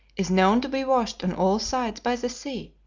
is known to be washed on all sides by the sea,